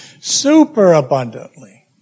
superabundantly